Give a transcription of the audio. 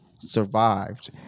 Survived